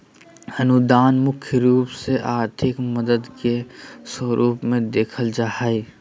अनुदान मुख्य रूप से आर्थिक मदद के स्वरूप मे देखल जा हय